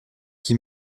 qui